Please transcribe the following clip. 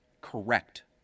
correct